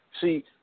See